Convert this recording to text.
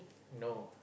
no